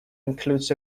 includes